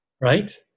Right